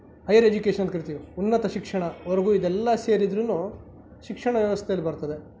higher education ಅಂತ ಕರಿತೀವಿ ಉನ್ನತ ಶಿಕ್ಷಣವರೆಗೂ ಇದೆಲ್ಲ ಸೇರಿದರೂ ಶಿಕ್ಷಣ ವ್ಯವಸ್ಥೆಯಲ್ಲಿ ಬರ್ತದೆ